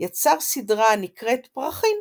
יצר סידרה הנקראת "פרחים",